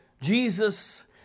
Jesus